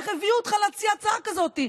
איך הביאו אותך להציע הצעה כזאת.